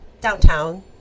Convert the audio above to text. downtown